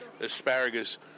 asparagus